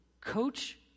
coach